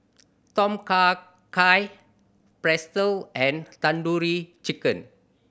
Tom Kha Gai Pretzel and Tandoori Chicken